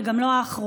וגם לא האחרונה.